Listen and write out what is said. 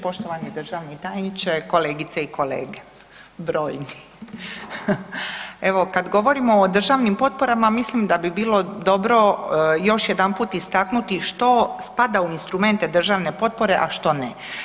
Poštovani državni tajniče, kolegice i kolege brojni, evo kad govorimo o državnim potporama mislim da bi bilo dobro još jedanput istaknuti što spada u instrumente državne potpore, a što ne.